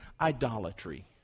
idolatry